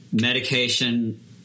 medication